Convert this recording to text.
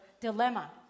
dilemma